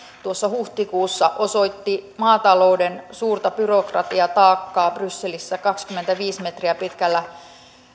huhtikuussa osoitti maatalouden suuren byrokratiataakan brysselissä kaksikymmentäviisi metriä pitkällä